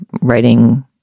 writing